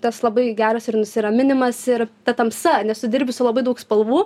tas labai geras ir nusiraminimas ir ta tamsa nes tu dirbi su labai daug spalvų